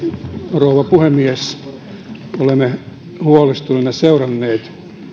rouva puhemies olemme huolestuneina seuranneet